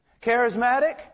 Charismatic